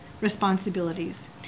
responsibilities